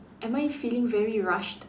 am I feeling very rushed